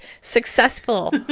successful